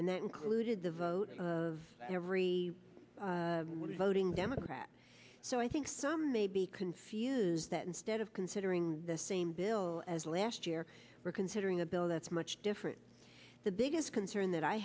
and that included the vote of every voting democrat so i think some may be confused that instead of considering the same bill as last year we're considering a bill that's much different the biggest concern that i